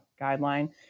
guideline